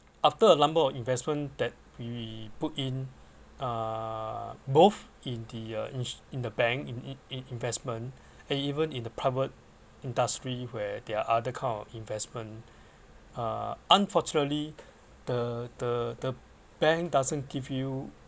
after a number of investment that we put in uh both in the uh in the bank in in investment and even in the private industry where there are other kind of investment uh unfortunately the the the bank doesn't give you